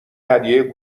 هدیه